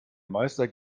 meister